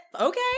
Okay